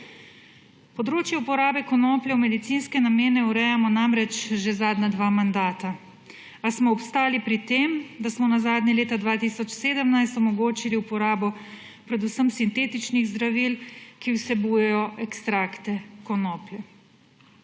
Področje uporabe konoplje v medicinske namene urejamo namreč že zadnja dva mandata, a smo obstali pri tem, da smo nazadnje leta 2017 omogočili uporabo predvsem sintetičnih zdravil, ki vsebujejo ekstrakte konoplje.